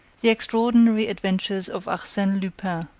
the extraordinary adventures of arsene lupin,